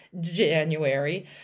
January